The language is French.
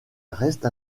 reste